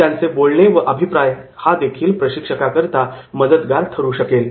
त्यांचे बोलणे व अभिप्राय हा देखील प्रशिक्षकाकरता मदतगार ठरू शकेल